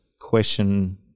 question